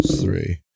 three